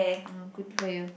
ah good for you